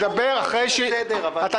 אתה יכול לקרוא אותי לסדר אבל --- אתה